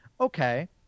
okay